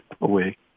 away